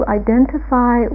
identify